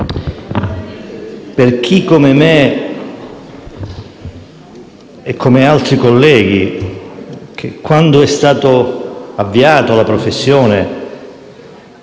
chi come me e come altri colleghi, quando è stato avviato alla professione,